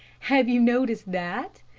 have you noticed that?